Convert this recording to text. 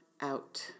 out